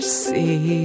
see